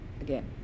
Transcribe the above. again